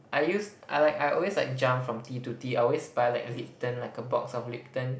I use I like I always like jump from tea to tea I always buy like Lipton like a box of Lipton